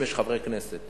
אם יש חברי כנסת